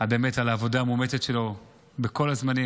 באמת על העבודה המאומצת שלו בכל הזמנים,